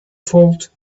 fault